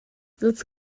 dals